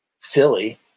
Philly